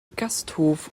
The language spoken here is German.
gasthof